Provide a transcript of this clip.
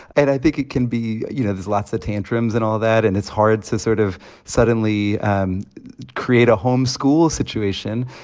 and i think it can be you know, there's lots of tantrums and all that. and it's hard to sort of suddenly um create a homeschool situation.